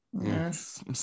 yes